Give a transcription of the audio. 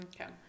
Okay